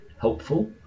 helpful